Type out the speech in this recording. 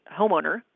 homeowner